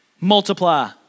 multiply